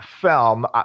film